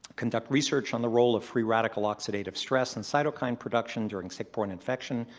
conduct research on the role of free radical oxidative stress in cytokine production during tick-borne infection.